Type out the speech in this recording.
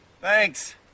thanks